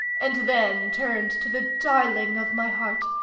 and then turned to the darling of my heart,